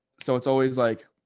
so it's always like,